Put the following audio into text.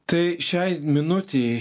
tai šiai minutei